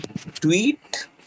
tweet